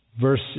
Verse